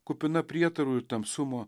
kupina prietarų ir tamsumo